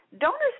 donors